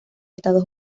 estados